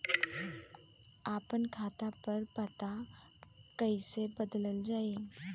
आपन खाता पर पता कईसे बदलल जाई?